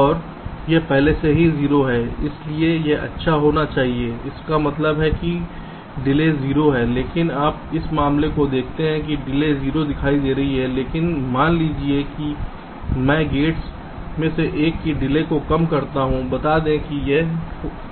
और यह पहले से ही 0 है इसलिए यह अच्छा होना चाहिए इसका मतलब है कि देरी 0 है लेकिन आप इस मामले को देखते हैं डिले 0 दिखाई दे रही है लेकिन मान लीजिए कि मैं गेट्स में से एक की डिले को कम करता हूं बता दें कि यह 4 है